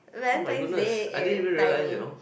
oh my goodness I didn't even realize you know